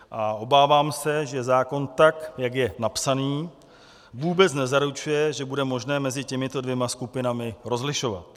A obávám se, že zákon, tak jak je napsaný, vůbec nezaručuje, že bude možné mezi těmito dvěma skupinami rozlišovat.